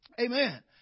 Amen